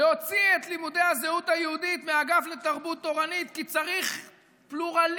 להוציא את לימודי הזהות היהודית מהאגף לתרבות תורנית כי צריך פלורליזם,